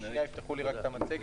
אז שיפתחו לי את המצגת.